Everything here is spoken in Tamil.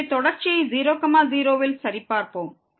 எனவே தொடர்ச்சியை 0 0 இல் சரிபார்ப்போம்